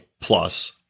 Plus